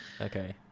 Okay